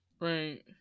right